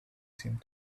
seemed